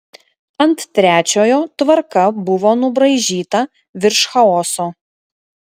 ant trečiojo tvarka buvo nubraižyta virš chaoso